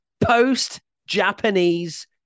post-Japanese